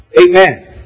Amen